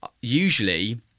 usually